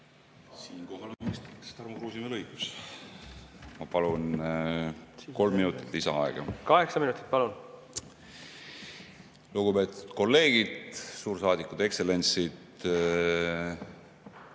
Siinkohal on vist Tarmo Kruusimäel õigus. Ma palun kolm minutit lisaaega. Kaheksa minutit, palun! Lugupeetud kolleegid! Suursaadikud, ekstsellentsid!